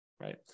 right